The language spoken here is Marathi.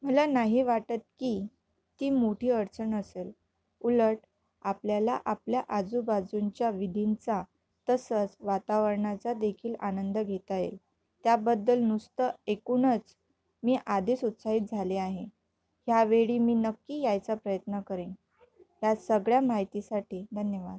मला नाही वाटत की ती मोठी अडचण असेल उलट आपल्याला आपल्या आजूबाजूच्या विधींचा तसंच वातावरणाचा देखील आनंद घेता येईल त्याबद्दल नुसतं ऐकूनच मी आधीच उत्साहित झाले आहे ह्यावेळी मी नक्की यायचा प्रयत्न करेन यात सगळ्या माहितीसाठी धन्यवाद